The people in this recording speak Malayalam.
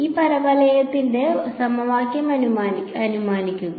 ഒരു പരവലയത്തിന്റെ സമവാക്യം അനുമാനിക്കുക